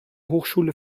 hochschule